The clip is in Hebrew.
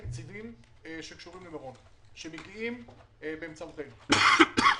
המשרד לשירותי דת מעביר את הכספים למרכז הארצי למקומות הקדושים,